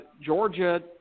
Georgia